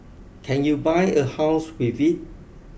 can you buy a house with it